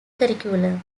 curriculum